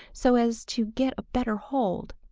so as to get a better hold.